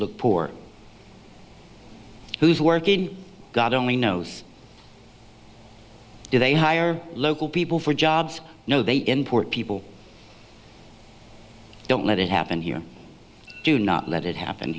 look poor who's working god only knows do they hire local people for jobs no they import people don't let it happen here do not let it happen